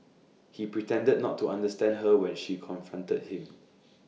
he pretended not to understand her when she confronted him